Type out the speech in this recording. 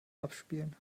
abspielen